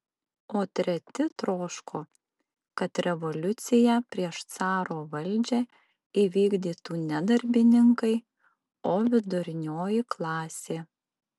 o treti troško kad revoliuciją prieš caro valdžią įvykdytų ne darbininkai o vidurinioji klasė